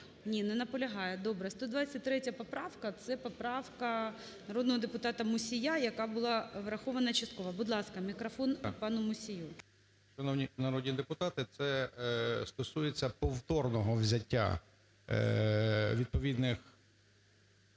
Ні, не наполягає. Добре. 123 поправка, це поправка народного депутата Мусія, яка була врахована частково. Будь ласка, мікрофон пану Мусію. 13:47:37 МУСІЙ О.С. Шановні народні депутати, це стосується повторного взяття відповідних